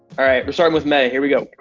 all right. we're starting with may, here we go.